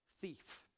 thief